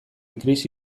krisi